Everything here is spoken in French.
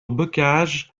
bocage